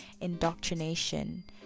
indoctrination